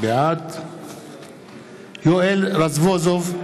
בעד יואל רזבוזוב,